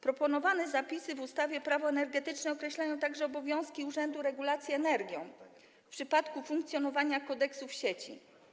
Proponowane zapisy w ustawie Prawo energetyczne określają także obowiązki Urzędu Regulacji Energetyki w przypadku funkcjonowania kodeksów sieci.